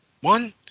one